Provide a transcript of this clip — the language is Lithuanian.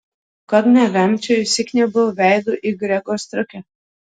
kad nevemčiau įsikniaubiau veidu į grego striukę